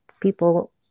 people